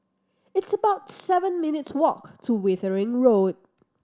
it's about seven minutes' walk to Wittering Road